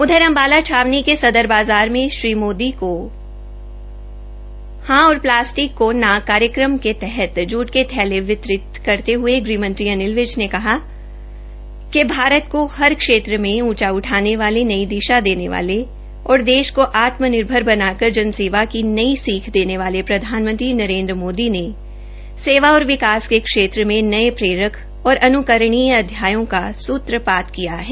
उधर अम्बाला छावनी के सदर बाज़ार में मोदी जी को हां और प्लास्टिक को न कार्यक्रम के तहत जूट के थैले वितरित करते हये गृहमंत्री अनिल विज ने कहा कि भारत को हर क्षेत्र में उंचा उठाने वाले नई दिशा देने वाले तथा देश को आत्मनिर्भर बनाकर जनसेवा की नई सीख देने वाले प्रधानमंत्री नरेन्द्र मोदी ने सेवा और विकास के क्षेत्र में नए प्ररेक और अन्करणीय अध्यायों का सूत्रपात किया हैं